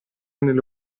nelle